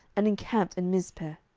and encamped in mizpeh.